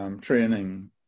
training